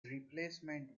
replacement